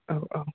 औ औ